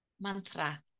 Mantra